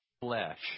flesh